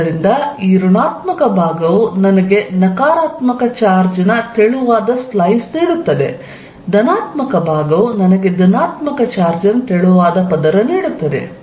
ಆದ್ದರಿಂದ ಈ ಋಣಾತ್ಮಕ ಭಾಗವು ನನಗೆ ನಕಾರಾತ್ಮಕ ಚಾರ್ಜ್ ನ ತೆಳುವಾದ ಸ್ಲೈಸ್ ನೀಡುತ್ತದೆ ಧನಾತ್ಮಕ ಭಾಗವು ನನಗೆ ಧನಾತ್ಮಕ ಚಾರ್ಜ್ ನ ತೆಳುವಾದ ಪದರ ನೀಡುತ್ತದೆ